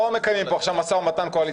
מקיימים פה עכשיו משא ומתן קואליציוני.